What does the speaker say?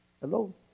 Hello